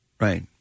Right